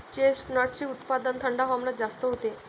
चेस्टनटचे उत्पादन थंड हवामानात जास्त होते